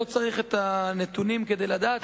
לא צריך את הנתונים כדי לדעת,